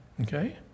Okay